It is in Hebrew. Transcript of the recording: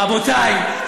רבותיי,